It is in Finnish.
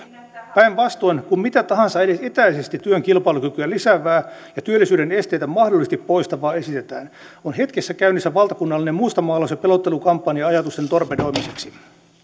päinvastoin kun mitä tahansa edes etäisesti työn kilpailukykyä lisäävää ja työllisyyden esteitä mahdollisesti poistavaa esitetään on hetkessä käynnissä valtakunnallinen mustamaalaus ja pelottelukampanja ajatusten torpedoimiseksi